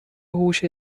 هوش